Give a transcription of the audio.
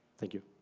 thank you.